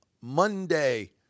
Monday